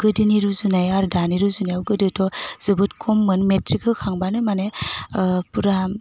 गोदोनि रुजुनाय आरो दानि रुजुनायाव गोदोथ' जोबोद खममोन मेट्रिक होखांबानो माने फुरा